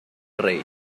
rey